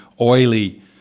oily